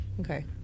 Okay